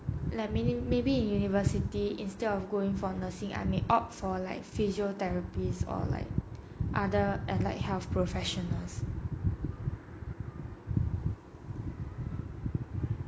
like maybe in university instead of going for nursing I may opt for like physiotherapist or like other I like health professionals